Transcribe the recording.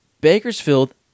bakersfield